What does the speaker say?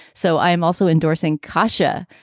so i am also endorsing kasha.